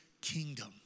kingdom